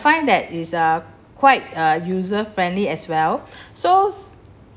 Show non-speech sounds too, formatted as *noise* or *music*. find that is uh quite uh user friendly as well *breath* so